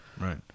Right